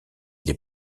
des